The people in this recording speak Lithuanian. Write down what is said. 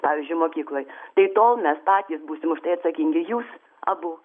pavyzdžiui mokykloj tai tol mes patys būsim atsakingi jūs abu